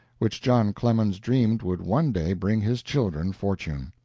which john clemens dreamed would one day bring his children fortune.